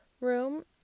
room